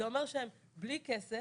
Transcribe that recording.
זה אומר שהם בלי כסף,